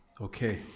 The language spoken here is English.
Okay